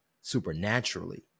supernaturally